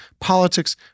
politics